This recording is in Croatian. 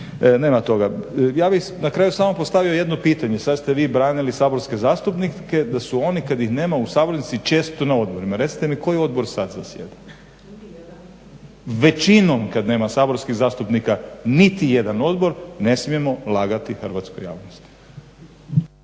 nema toga. Ja bih na kraju samo postavio jedno pitanje, sad ste vi branili saborske zastupnike da su oni kad ih nema u sabornici često na odborima. Recite mi koji odbor sad zasjeda? Većinom kad nema saborskih zastupnika nitijedan odbor, ne smijemo lagati hrvatskoj javnosti.